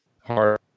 hard